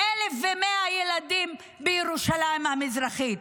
1,100 ילדים בירושלים המזרחית.